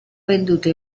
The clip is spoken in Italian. venduto